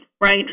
right